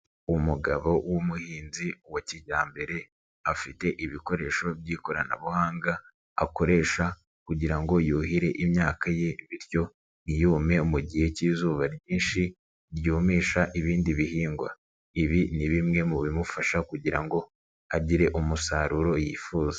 Umugabo w'umuhinzi wa kijyambere afite ibikoresho by'ikoranabuhanga akoresha kugira ngo yuhire imyaka ye, bityo ntiyume mu gihe cy'izuba ryinshi ryumisha ibindi bihingwa, ibi ni bimwe mu bimufasha kugira ngo agire umusaruro yifuza.